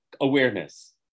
awareness